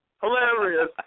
Hilarious